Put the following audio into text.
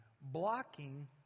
blocking